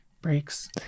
breaks